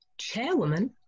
chairwoman